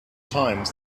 times